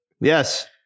Yes